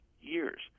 years